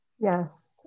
yes